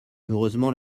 heureusement